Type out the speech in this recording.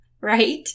right